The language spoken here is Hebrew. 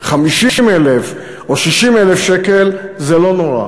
50,000 או 60,000 שקל זה לא נורא.